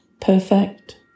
perfect